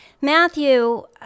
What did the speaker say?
matthew